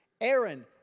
Aaron